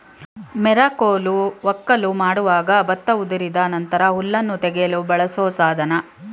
ಮೆರಕೋಲು ವಕ್ಕಲು ಮಾಡುವಾಗ ಭತ್ತ ಉದುರಿದ ನಂತರ ಹುಲ್ಲನ್ನು ತೆಗೆಯಲು ಬಳಸೋ ಸಾಧನ